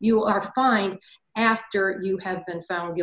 you are fine after you have been found